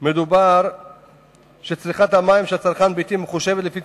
מדובר על כך שצריכת המים של צרכן ביתי מחושבת לפי